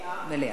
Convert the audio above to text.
מליאה.